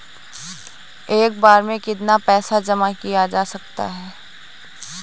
एक बार में कितना पैसा जमा किया जा सकता है?